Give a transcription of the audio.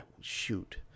Shoot